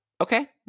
Okay